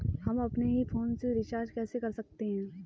हम अपने ही फोन से रिचार्ज कैसे कर सकते हैं?